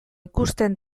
ikusten